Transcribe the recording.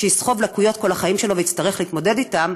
שיסחב לקויות כל החיים שלו ויצטרך להתמודד איתן,